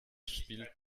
spielt